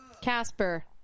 Casper